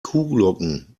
kuhglocken